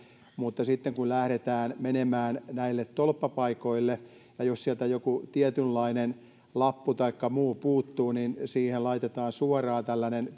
mutta sitten kun lähdetään menemään näille tolppapaikoille ja jos sieltä joku tietynlainen lappu taikka muu puuttuu niin siihen laitetaan suoraan tällainen